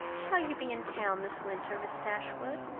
shall you be in town this winter, miss dashwood?